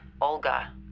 Olga